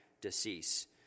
decease